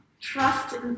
trust